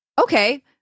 okay